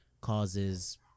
causes